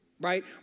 right